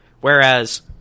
Whereas